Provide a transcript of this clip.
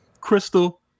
Crystal